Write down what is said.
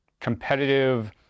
competitive